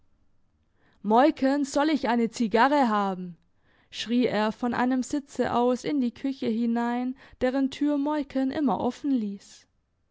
moiken soll ich eine zigarre haben schrie er von seinem sitze aus in die küche hinein deren tür moiken immer offen liess